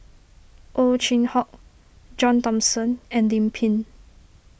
Ow Chin Hock John Thomson and Lim Pin